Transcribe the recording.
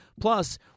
Plus